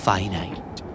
Finite